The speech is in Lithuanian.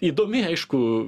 įdomi aišku